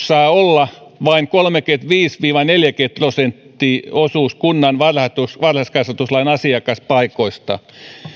saa olla vain kolmenkymmenenviiden viiva neljänkymmenen prosentin osuus kunnan varhaiskasvatuslain asiakaspaikoista